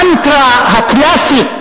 המנטרה הקלאסית